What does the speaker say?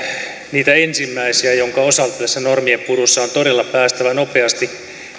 niitä ensimmäisiä joiden osalta tässä normien purussa on todella päästävä nopeasti